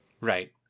right